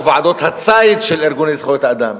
או ועדות הציד של ארגוני זכויות האדם,